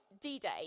D-Day